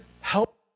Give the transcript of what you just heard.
help